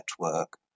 network